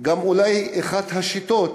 אולי גם אחת השיטות